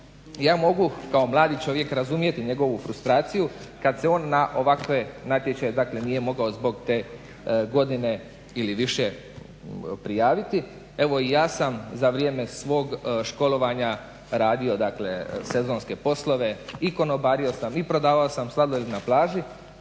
ja mogu kao mladi čovjek razumjeti njegovu frustraciju kad se on na ovakve natječaje dakle nije mogao zbog te godine ili više prijaviti. Evo i ja sam za vrijeme svog školovanja radio dakle sezonske poslove i konobario sam, i prodavao sam sladoled na plaži